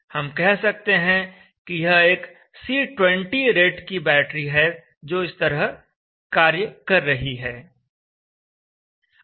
हम कह सकते हैं कि यह एक C20 रेट की बैटरी है जो इस तरह कार्य कर रही है